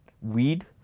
Weed